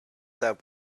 that